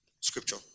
scripture